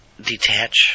detach